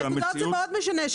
נקודות זה מאוד משנה.